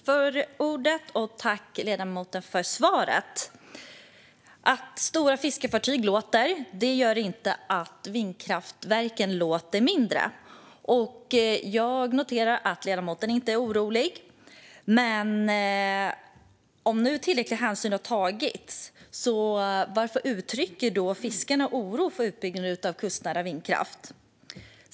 Herr talman! Jag tackar ledamoten för svaret. Att stora fiskefartyg låter gör inte att vindkraftverken låter mindre. Jag noterar att ledamoten inte är orolig. Men om nu tillräcklig hänsyn har tagits, varför uttrycker då fiskarna oro för utbyggnaden av kustnära vindkraft?